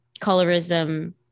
colorism